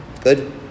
Good